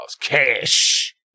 Cash